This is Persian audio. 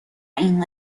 این